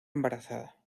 embarazada